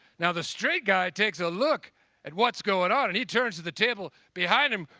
now, the straight guy takes a look at what's going on and he turns to the table behind him,